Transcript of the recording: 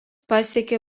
pasiekė